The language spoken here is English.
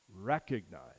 recognize